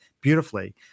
beautifully